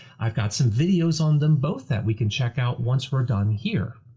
i've got some videos on them both that we can check out once we're done here.